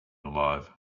alive